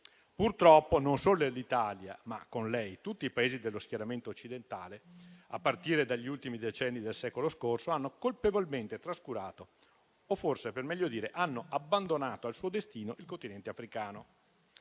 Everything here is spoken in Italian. Purtroppo non solo l'Italia, ma, con lei, tutti i Paesi dello schieramento occidentale a partire dagli ultimi decenni del secolo scorso hanno colpevolmente trascurato o forse, per meglio dire, hanno abbandonato al suo destino il Continente africano.